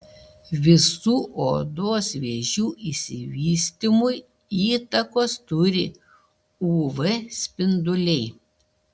visų odos vėžių išsivystymui įtakos turi uv spinduliai